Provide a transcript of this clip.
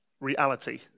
reality